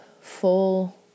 full